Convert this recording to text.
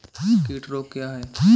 कीट रोग क्या है?